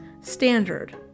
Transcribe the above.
standard